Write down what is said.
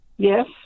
Yes